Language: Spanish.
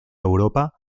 europa